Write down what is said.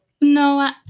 No